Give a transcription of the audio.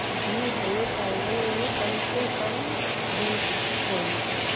जी हमें चाहिए कम से कम बीस बोरी तक